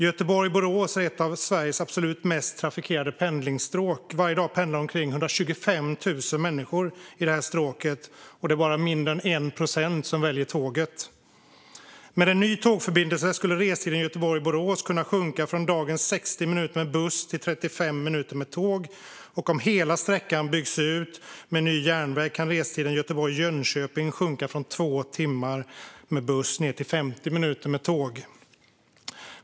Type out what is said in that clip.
Göteborg-Borås är ett av Sveriges absolut mest trafikerade pendlingsstråk. Varje dag pendlar omkring 125 000 människor i detta stråk, men det är mindre än 1 procent som väljer tåget. Med en ny tågförbindelse skulle restiden mellan Göteborg och Borås kunna sjunka från dagens 60 minuter med buss till 35 minuter med tåg, och om hela sträckan byggs ut med ny järnväg kan restiden mellan Göteborg och Jönköping sjunka från två timmar med buss till 50 minuter med tåg.